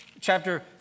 Chapter